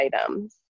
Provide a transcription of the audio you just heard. items